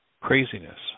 Craziness